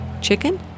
chicken